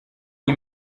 iyi